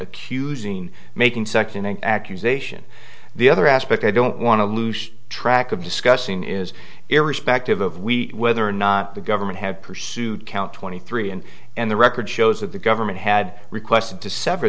accusing making such an accusation the other aspect i don't want to lose track of discussing is irrespective of we whether or not the government had pursued count twenty three and and the record shows that the government had requested to sever